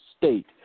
state